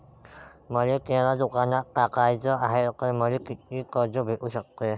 मले किराणा दुकानात टाकाचे हाय तर मले कितीक कर्ज भेटू सकते?